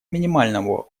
минимального